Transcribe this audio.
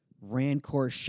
Rancor